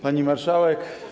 Pani Marszałek!